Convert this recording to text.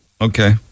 okay